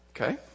Okay